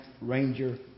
Ranger